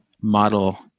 model